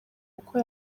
uko